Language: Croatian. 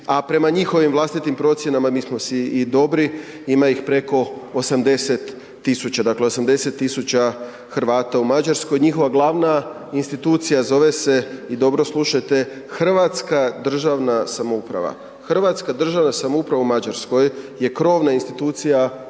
a prema njihovim vlastitim procjenama, mi smo si i dobri, ima ih preko 80.000. Dakle, 80.000 Hrvata u Mađarskoj. Njihova glavna institucija zove se i dobro slušajte Hrvatska državna samouprava. Hrvatska državna samouprava u Mađarskoj je krovna institucija hrvatske